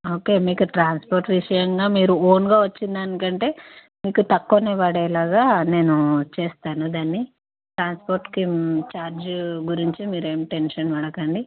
okay మీకు transport విషయంగా మీరు ఓన్గా వచ్చిన దానికంటే మీకు తక్కువనే పడేలాగా నేను చేస్తాను దాన్ని ట్రాన్స్పోర్ట్కి ఛార్జ్ గురించి మీరేమి టెన్షన్ పడకండి